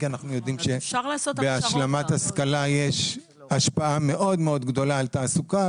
כי אנחנו יודעים שהשלמת השכלה יש השפעה מאוד-מאוד-מאוד גדולה על תעסוקה,